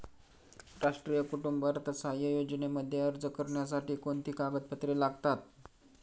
राष्ट्रीय कुटुंब अर्थसहाय्य योजनेमध्ये अर्ज करण्यासाठी कोणती कागदपत्रे लागतात?